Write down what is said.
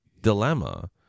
dilemma